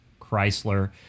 Chrysler